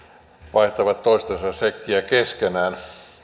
vaihtavat toistensa sekkejä keskenään